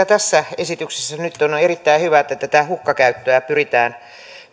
tässä esityksessä nyt on erittäin hyvä että hukkakäyttöä pyritään